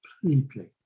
completely